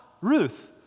Ruth